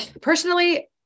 personally